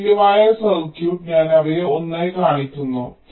തത്തുല്യമായ സർക്യൂട്ട് ഞാൻ അവരെ ഒന്നായി കാണിക്കുന്നു